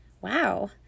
wow